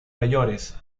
mayores